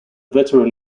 veteran